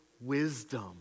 wisdom